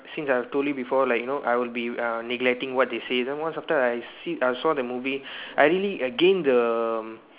since I have told you before like you know I will be uh neglecting what they say you know once after I see I saw the movie I really gain the